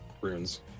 runes